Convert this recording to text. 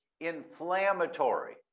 inflammatory